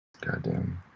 Goddamn